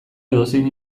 edozein